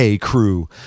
crew